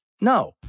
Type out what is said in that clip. No